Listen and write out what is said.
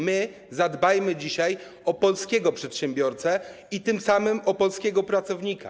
My zadbajmy dzisiaj o polskiego przedsiębiorcę i tym samym o polskiego pracownika.